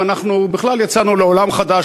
ואנחנו בכלל יצאנו לעולם חדש,